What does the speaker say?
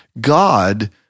God